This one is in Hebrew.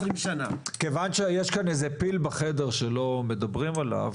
כיוון שיש כאן איזה פיל בחדר שלא מדברים עליו,